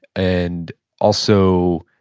and also,